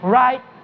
right